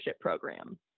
program